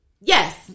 Yes